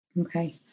Okay